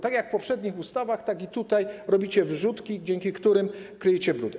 Tak jak w poprzednich ustawach, tak i tutaj robicie wrzutki, dzięki którym kryjecie brudy.